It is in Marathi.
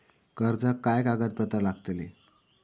कर्जाक काय कागदपत्र लागतली?